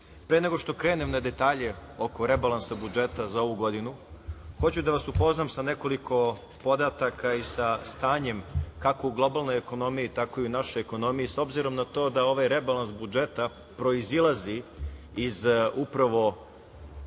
nego što krenem na detalje oko rebalansa budžeta za ovu godinu, hoću da vas upoznam sa nekoliko podataka i sa stanjem, kako u globalnoj ekonomiji, tako i u našoj ekonomiji, s obzirom na to da ovaj rebalans budžeta proizilazi iz upravo